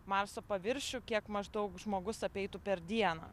marso paviršių kiek maždaug žmogus apeitų per dieną